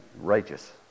righteous